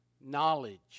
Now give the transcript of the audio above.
knowledge